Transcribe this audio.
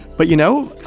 but, you know,